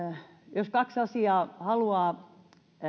jos kaksi asiaa